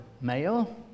male